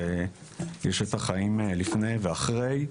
שיש את החיים לפני ואחרי.